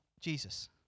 Jesus